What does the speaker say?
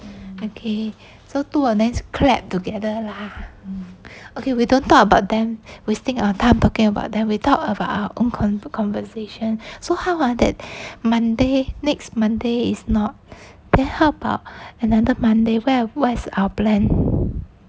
okay so two of them clapped together lah okay we don't talk about them wasting our time talking about them we talk about our own own conversation so how ah that monday next monday is not then how about another monday where what's our plan